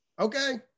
okay